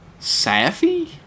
Safi